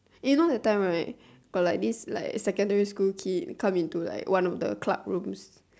eh you know that time right got like this like secondary school kid come into like one of the club rooms